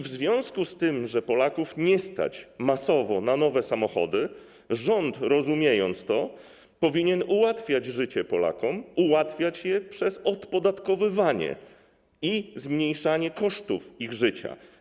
W związku z tym, że Polaków nie stać masowo na nowe samochody, rząd, rozumiejąc to, powinien ułatwiać życie Polakom poprzez odpodatkowywanie ich i zmniejszanie kosztów ich życia.